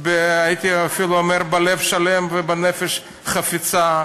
הייתי אפילו אומר, בלב שלם ובנפש חפצה.